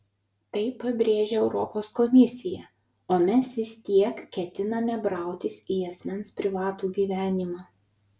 tai pabrėžia europos komisija o mes vis tiek ketiname brautis į asmens privatų gyvenimą